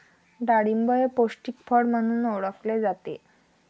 डाळिंब हे पौष्टिक फळ म्हणून ओळखले जाते